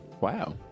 wow